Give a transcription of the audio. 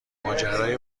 ماجرای